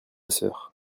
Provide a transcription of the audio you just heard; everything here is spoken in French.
sœur